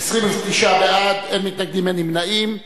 29 בעד, אין מתנגדים, אין נמנעים.